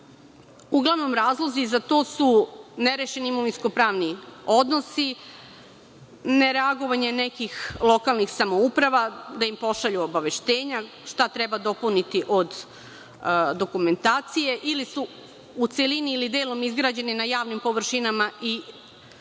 Uglavnom, razlozi za to su nerešeni imovinsko-pravni odnosi, nereagovanje nekih lokalnih samouprava, da im pošalju obaveštenja, šta treba dobaviti od dokumentacije ili su u celini ili delom izgrađeni na javnim površinama i na